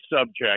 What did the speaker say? subject